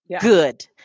good